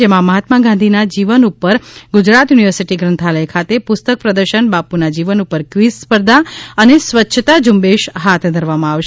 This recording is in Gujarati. જેમાં મહાત્મા ગાંધીના જીવન ઉપર ગુજરાત યુનિવર્સિટી ગ્રંથાલય ખાતે પુસ્તક પ્રદર્શન બાપુના જીવન ઉપર ક્વિઝ સ્પર્ધા અને સ્વચ્છતા ઝુંબેશ હાથ ધરવામાં આવશે